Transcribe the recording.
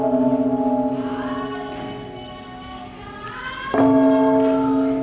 oh oh